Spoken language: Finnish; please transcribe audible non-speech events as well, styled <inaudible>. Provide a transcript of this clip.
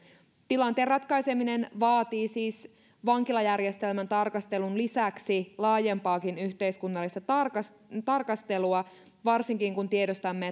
tilanteen ratkaiseminen vaatii siis vankilajärjestelmän tarkastelun lisäksi laajempaakin yhteiskunnallista tarkastelua tarkastelua varsinkin kun tiedostamme <unintelligible>